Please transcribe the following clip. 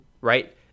right